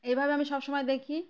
এভাবে আমি সবসময় দেখি